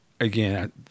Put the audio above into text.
again